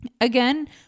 again